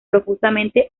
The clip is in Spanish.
profusamente